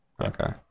Okay